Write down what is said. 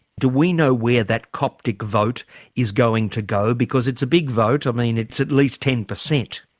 do we know where that coptic vote is going to go? because it's a big vote i mean it's at least ten per cent.